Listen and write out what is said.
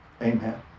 Amen